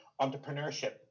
Entrepreneurship